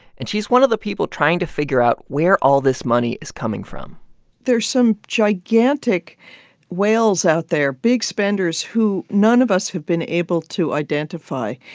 and she's one of the people trying to figure out where all this money is coming from there's some gigantic whales out there, big spenders who none of us have been able to identify.